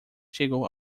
chegou